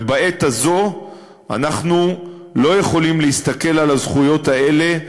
ובעת הזאת אנחנו לא יכולים להסתכל על הזכויות האלה כשוות.